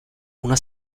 una